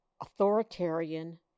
authoritarian